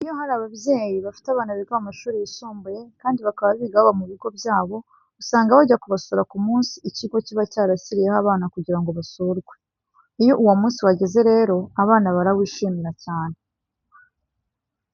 Iyo hari ababyeyi bafite abana biga mu mashuri yisumbuye, kandi bakaba biga baba mu bigo byabo, usanga bajya kubasura ku munsi ikigo kiba cyarashyiriyeho abana kugira ngo basurwe. Iyo uwo munsi wageze rero, abana barawishimira cyane.